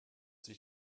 sich